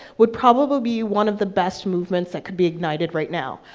would probably be one of the best movements that could be ignited right now.